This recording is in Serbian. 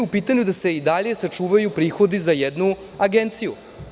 U pitanju je da se i dalje sačuvaju prihodi za jednu agenciju.